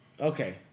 Okay